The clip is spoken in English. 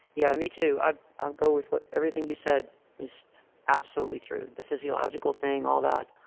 yeah, me too. ah i'll go with with everything you said is absolutely true, the physiological thing, all that.